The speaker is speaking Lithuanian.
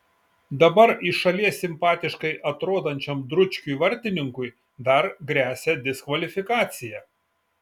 dabar iš šalies simpatiškai atrodančiam dručkiui vartininkui dar gresia diskvalifikacija